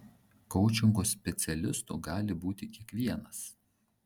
koučingo specialistu gali būti kiekvienas